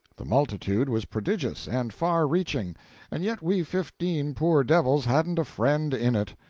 the multitude was prodigious and far-reaching and yet we fifteen poor devils hadn't a friend in it.